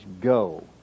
go